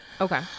Okay